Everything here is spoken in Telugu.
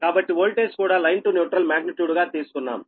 కాబట్టి ఓల్టేజ్ కూడా లైన్ టు న్యూట్రల్ మాగ్నిట్యూడ్ గా తీసుకున్నాం